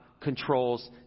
controls